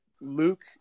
Luke